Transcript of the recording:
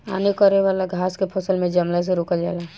हानि करे वाला घास के फसल में जमला से रोकल जाला